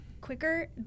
quicker